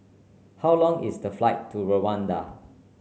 how long is the flight to Rwanda